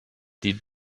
die